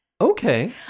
Okay